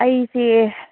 ꯑꯩꯁꯤ